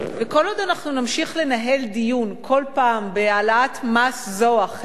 וכל עוד אנחנו נמשיך לנהל דיון כל פעם בהעלאת מס זו או אחרת,